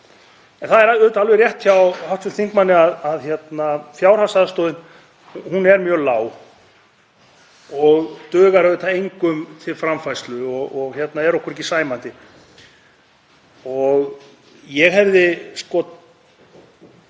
En það er auðvitað alveg rétt hjá hv. þingmanni að fjárhagsaðstoðin er mjög lág og dugar auðvitað engum til framfærslu og er okkur ekki sæmandi. Ég hefði